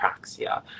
apraxia